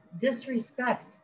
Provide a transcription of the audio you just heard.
disrespect